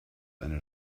eine